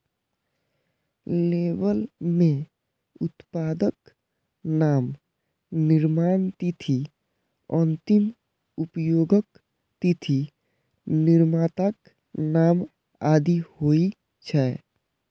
label मे उत्पादक नाम, निर्माण तिथि, अंतिम उपयोगक तिथि, निर्माताक नाम आदि होइ छै